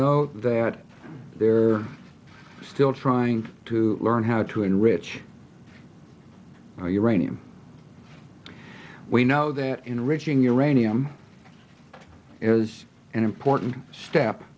know that they're still trying to learn how to enrich uranium we know that enriching uranium is an important step